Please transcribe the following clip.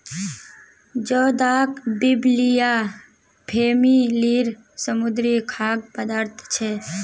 जोदाक बिब्लिया फॅमिलीर समुद्री खाद्य पदार्थ छे